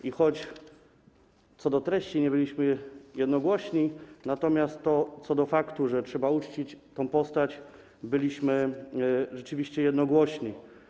I choć co do treści nie byliśmy jednogłośni, to co do faktu, że trzeba uczcić tę postać, byliśmy rzeczywiście jednogłośni.